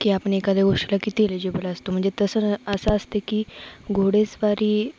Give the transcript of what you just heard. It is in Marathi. की आपण एखाद्या गोष्टीला किती एलिजिबल असतो म्हणजे तसं असं असते की घोडेस्वारी